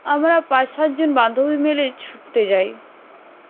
আমরা পাঁচ সাতজন বান্ধবী মিলে ছুটতে যাই